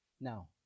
Now